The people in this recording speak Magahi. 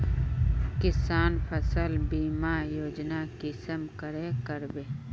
किसान फसल बीमा योजना कुंसम करे करबे?